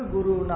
Guru